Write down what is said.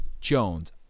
Jones